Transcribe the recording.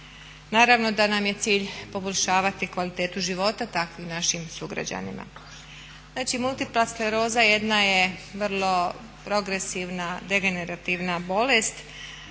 Naravno da nam je cilj poboljšavati kvalitetu života takvim našim sugrađanima. Znači multipla skleroza jedna je vrlo progresivna degenerativna bolest.